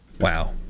Wow